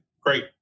great